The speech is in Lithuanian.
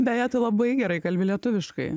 beje tu labai gerai kalbi lietuviškai